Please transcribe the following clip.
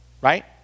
right